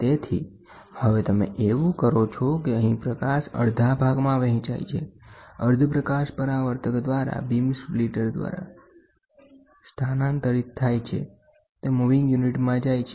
તેથી હવે તમે એવુ કરો છો કેઅહીં પ્રકાશ અડધા ભાગમા વહેંચાય છે અર્ધ પ્રકાશ પરાવર્તક દ્વારા બીમ સ્પ્લિટર દ્વારા સ્થાનાંતરિત થાય છે તે મૂવિંગ યુનિટમાં જાય છે